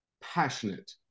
passionate